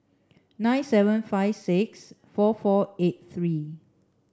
nine seven five six four four eight three